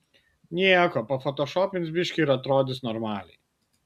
nieko pafotošopins biškį ir atrodys normaliai